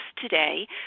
today